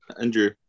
Andrew